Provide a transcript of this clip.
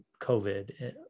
COVID